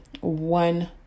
one